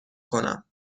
کنم